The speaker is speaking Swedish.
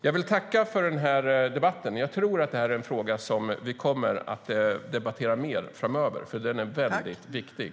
Jag tackar för debatten. Jag tror att detta är en fråga som vi kommer att debattera mer framöver, för den är väldigt viktig.